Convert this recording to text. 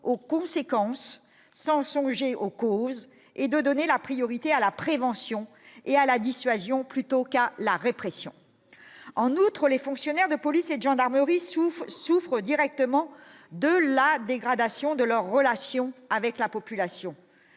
aux conséquences, sans songer aux causes et de donner la priorité à la prévention et à la dissuasion plutôt qu'à la répression, en outre, les fonctionnaires de police et de gendarmerie souffrent souffrent directement de la dégradation de leurs relations avec la population,